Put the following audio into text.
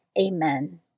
Amen